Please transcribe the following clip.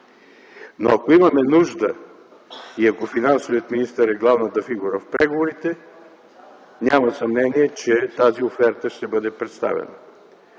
Но ако имаме нужда и ако финансовият министър е главната фигура в преговорите, няма съмнение, че тази оферта ще бъде представена.